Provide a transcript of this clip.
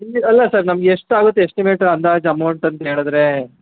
ಅಲ್ಲ ಸರ್ ನಮ್ಗೆ ಎಷ್ಟು ಆಗುತ್ತೆ ಎಸ್ಟಿಮೇಟ್ ಅಂದಾಜು ಅಮೌಂಟ್ ಅಂತ ಹೇಳದ್ರೆ